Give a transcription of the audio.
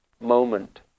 moment